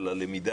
על הלמידה